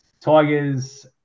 Tigers